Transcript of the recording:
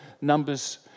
Numbers